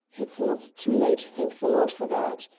it's not too late, thank the lord for that!